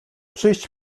przyjść